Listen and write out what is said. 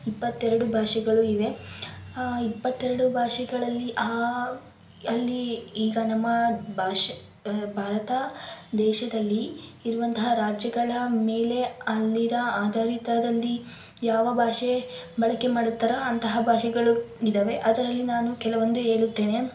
ಇಪ್ಪತ್ತೆರಡು ಭಾಷೆಗಳು ಇವೆ ಇಪ್ಪತ್ತೆರಡು ಭಾಷೆಗಳಲ್ಲಿ ಅಲ್ಲಿ ಈಗ ನಮ್ಮ ಭಾಷೆ ಭಾರತ ದೇಶದಲ್ಲಿ ಇರುವಂತಹ ರಾಜ್ಯಗಳ ಮೇಲೆ ಅಲ್ಲಿರೋ ಆಧಾರಿತದಲ್ಲಿ ಯಾವ ಭಾಷೆ ಬಳಕೆ ಮಾಡುತ್ತಾರೆ ಅಂತಹ ಭಾಷೆಗಳು ಇದಾವೆ ಅದರಲ್ಲಿ ನಾನು ಕೆಲವೊಂದು ಹೇಳುತ್ತೇನೆ